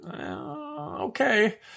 okay